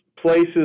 places